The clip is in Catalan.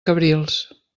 cabrils